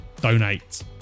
donate